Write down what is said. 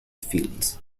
films